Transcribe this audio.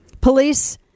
Police